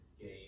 game